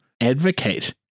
advocate